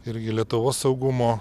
irgi lietuvos saugumo